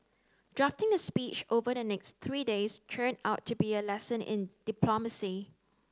drafting the speech over the next three days turned out to be a lesson in diplomacy